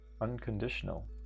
unconditional